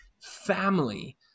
family